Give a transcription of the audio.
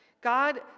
God